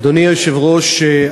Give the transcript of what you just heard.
אדוני היושב-ראש,